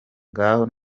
ngaho